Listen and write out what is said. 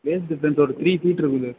base distance ஒரு three feet இருக்கும் sir